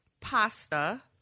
pasta